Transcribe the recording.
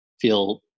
feel